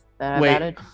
Wait